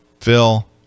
Phil